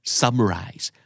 summarize